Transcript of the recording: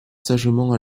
sagement